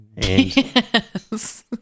Yes